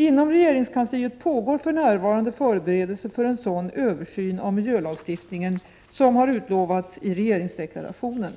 Inom regeringskansliet pågår för närvarande förberedelser för en sådan översyn av miljölagstiftningen som har utlovats i regeringsdeklarationen.